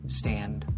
stand